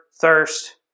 thirst